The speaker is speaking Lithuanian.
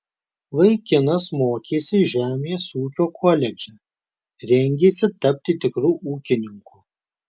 vaikinas mokėsi žemės ūkio koledže rengėsi tapti tikru ūkininku